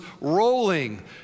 rolling